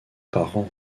parent